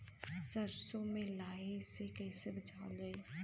सरसो में लाही से कईसे बचावल जाई?